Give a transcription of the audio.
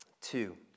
Two